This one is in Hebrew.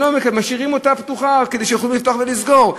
הם משאירים אותה פתוחה כדי שיוכלו לפתוח ולסגור.